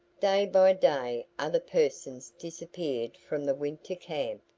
day by day other persons disappeared from the winter camp,